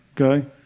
okay